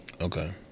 Okay